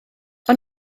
ond